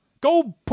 Go